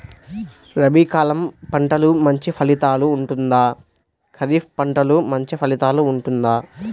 రబీ కాలం పంటలు మంచి ఫలితాలు ఉంటుందా? ఖరీఫ్ పంటలు మంచి ఫలితాలు ఉంటుందా?